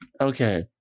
Okay